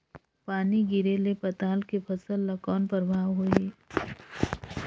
पानी गिरे ले पताल के फसल ल कौन प्रभाव होही?